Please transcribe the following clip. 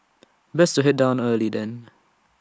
best to Head down early then